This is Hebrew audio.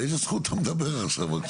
באיזה זכות אתה מדבר עכשיו?